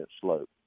slope